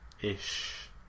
Ish